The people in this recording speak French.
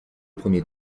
premier